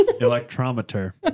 Electrometer